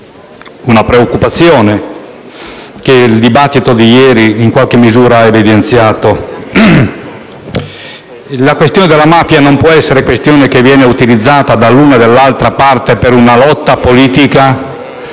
una preoccupazione che il dibattito di ieri in qualche misura ha evidenziato. La mafia non può essere questione che viene utilizzata dall'una o dall'altra parte per una lotta politica: